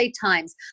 Times